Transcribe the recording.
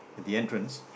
the entrance